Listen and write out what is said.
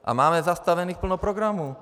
A máme zastavených plno programů.